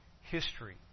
history